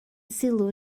sylw